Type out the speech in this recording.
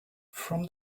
from